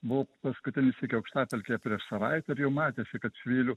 buvau paskutinį sykį aukštapelkėje prieš savaitę ir jau matėsi kad švylių